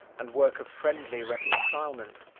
and work a friendly reconcilement.